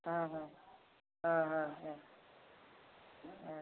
हाँ हाँ हाँ हाँ हाँ हाँ